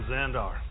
Xandar